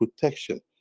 protection